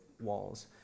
walls